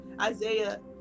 Isaiah